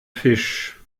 fisch